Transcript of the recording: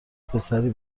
پسری